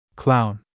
Clown